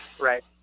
right